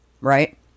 right